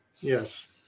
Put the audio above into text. yes